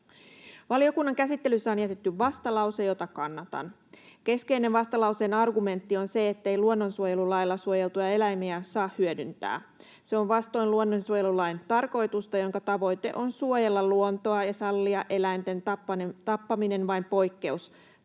Valiokunnan käsittelyssä on jätetty vastalause, jota kannatan. Keskeinen vastalauseen argumentti on se, ettei luonnonsuojelulailla suojeltuja eläimiä saa hyödyntää. Se on vastoin luonnonsuojelulain tavoitetta, joka on suojella luontoa ja sallia eläinten tappaminen vain